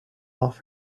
off